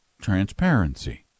transparency